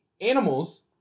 animals